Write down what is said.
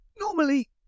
Normally